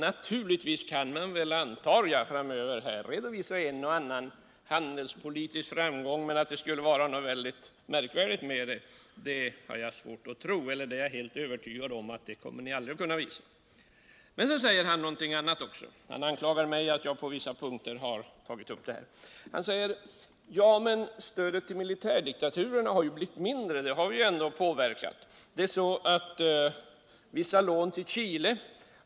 Naturligtvis kan man väl, antar jag, framöver redovisa en och annan handelspolitisk framgång, men att den skulle vara väldig eller märkvärdig har jag svårt att tro — eller rättare sagt: det är jag övertygad om att ni aldrig kommer att kunna visa! Anders Wijkman anklagar mig för att jag på vissa punkter har tagit upp det här. Han säger: Men stödet till militärdiktaturerna har ju blivit mindre nu, så vi har tydligen ändå kunnat påverka det, och det är ju så att man har avstått från vissa lån till Chile.